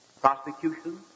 prosecution